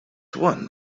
one